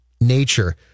nature